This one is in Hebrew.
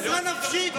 עזרה נפשית,